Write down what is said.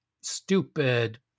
stupid